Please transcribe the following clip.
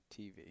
tv